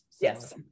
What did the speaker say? Yes